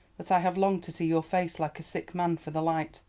that i have longed to see your face like a sick man for the light.